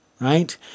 Right